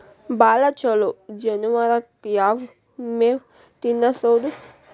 ಭಾಳ ಛಲೋ ಜಾನುವಾರಕ್ ಯಾವ್ ಮೇವ್ ತಿನ್ನಸೋದು?